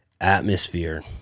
atmosphere